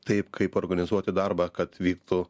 taip kaip organizuoti darbą kad vyktų